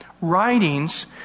writings